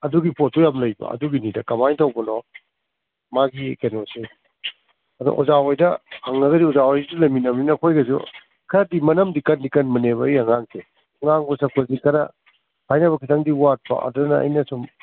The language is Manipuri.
ꯑꯗꯨꯒꯤ ꯄꯣꯠꯇꯨ ꯌꯥꯝ ꯂꯩꯕ ꯑꯗꯨꯒꯤꯅꯤꯗ ꯀꯃꯥꯏ ꯇꯧꯕꯅꯣ ꯃꯥꯒꯤ ꯀꯩꯅꯣꯁꯦ ꯑꯗꯣ ꯑꯣꯖꯥꯈꯣꯏꯗ ꯍꯪꯂꯒꯗꯤ ꯑꯣꯖꯥ ꯍꯣꯏꯁꯨ ꯂꯩꯃꯤꯟꯅꯕꯅꯤꯅ ꯑꯩꯈꯣꯏꯒꯁꯨ ꯈꯔꯗꯤ ꯃꯅꯝꯗꯤ ꯀꯟꯗꯤ ꯀꯟꯕꯅꯦꯕ ꯑꯩ ꯑꯉꯥꯡꯁꯦ ꯉꯥꯡꯕ ꯁꯛꯄꯁꯤ ꯈꯔ ꯍꯥꯏꯅꯕ ꯈꯤꯇꯪꯗꯤ ꯋꯥꯠꯄ ꯑꯗꯨꯅ ꯑꯩꯅ ꯁꯨꯝ